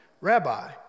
Rabbi